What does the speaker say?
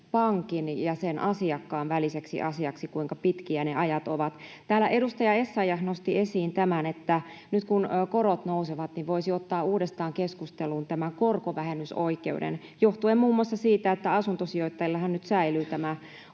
pankin ja sen asiakkaan väliseksi asiaksi, kuinka pitkiä ne ajat ovat. Täällä edustaja Essayah nosti esiin tämän, että nyt kun korot nousevat, niin voisi ottaa uudestaan keskusteluun tämän korkovähennysoikeuden johtuen muun muassa siitä, että asuntosijoittajillahan nyt säilyy tämä